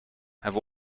have